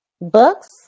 books